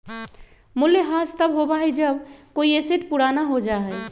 मूल्यह्रास तब होबा हई जब कोई एसेट पुराना हो जा हई